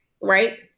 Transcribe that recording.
Right